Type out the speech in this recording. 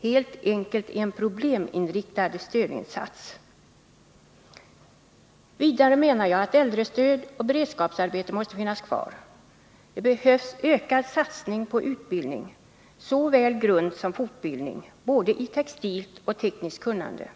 helt enkelt en probleminriktad stödinsats. Vidare menar jag att äldrestöd och beredskapsarbete måste finnas kvar. Det behövs också ökad satsning på utbildning, såväl grundutbildning som fortbildning, både i textilt och tekniskt kunnande.